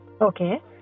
okay